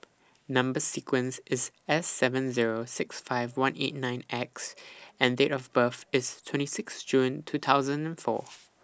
Number sequence IS S seven Zero six five one eight nine X and Date of birth IS twenty six June two thousand and four